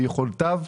מיכולותיו,